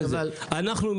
אנחנו,